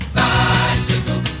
bicycle